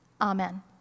Amen